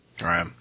Right